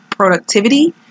Productivity